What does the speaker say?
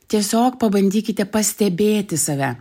tiesiog pabandykite pastebėti save